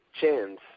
chance